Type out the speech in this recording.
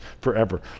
forever